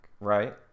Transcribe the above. right